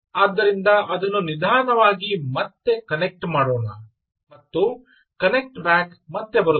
ಆದ್ದರಿಂದ ಅದನ್ನು ನಿಧಾನವಾಗಿ ಮತ್ತೆ ಕನೆಕ್ಟ್ ಮಾಡೋಣ ಮತ್ತು ಕನೆಕ್ಟ್ ಬ್ಯಾಕ್ ಮತ್ತೆ ಬರುತ್ತದೆ